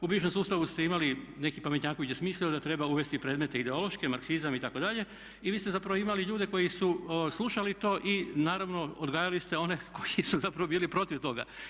U bivšem sustavu ste imali neki pametnjaković je smislio da treba uvesti predmete ideološke, marksizam itd. i vi ste zapravo imali ljude koji su slušali to i naravno odgajali ste one koji su zapravo bili protiv toga.